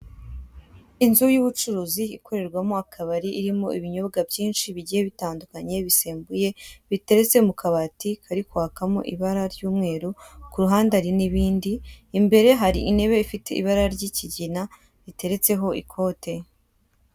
Inzu y'ubucuruzi ikorerwamo akabari irimo ibinyobwa byinshi bigiye bitandukanye bisembuye biteretse mu kabati kari kwakamo ibara ry'umweru ku ruhande hari n'ibindi, imbere hari intebe ifite ibara ry'ikigina iteretseho ikote.